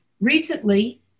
Recently